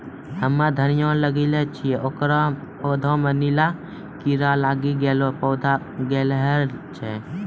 हम्मे धनिया लगैलो छियै ओकर पौधा मे नीला कीड़ा लागी गैलै पौधा गैलरहल छै?